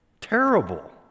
Terrible